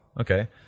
Okay